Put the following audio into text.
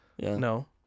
No